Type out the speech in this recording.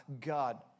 God